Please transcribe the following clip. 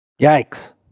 Yikes